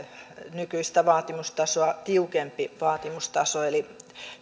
nykyistä vaatimustasoa tiukempi vaatimustaso eli